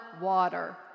water